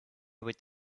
would